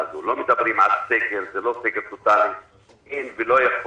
לא מדברים על סגר, זה לא סגר טוטאלי.